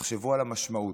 תחשבו על המשמעות.